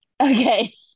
Okay